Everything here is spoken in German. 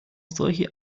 solche